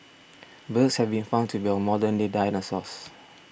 birds have been found to be our modern day dinosaurs